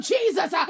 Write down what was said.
Jesus